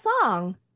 song